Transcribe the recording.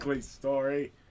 story